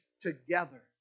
together